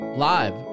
Live